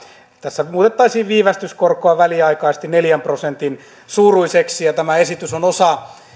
tässä muutettaisiin viivästyskorkoa väliaikaisesti neljän prosentin suuruiseksi ja tämä esitys on osa